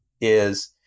is-